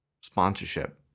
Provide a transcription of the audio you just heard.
sponsorship